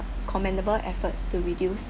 commendable efforts to reduce